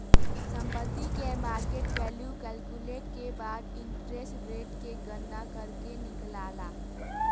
संपत्ति के market value calculate के बाद इंटरेस्ट रेट के गणना करके निकालाला